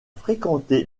fréquenté